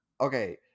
okay